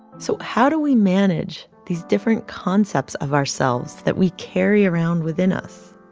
so how do we manage these different concepts of ourselves that we carry around within us?